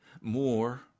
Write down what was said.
more